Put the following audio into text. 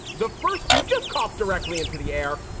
the first two just coughed directly into the air.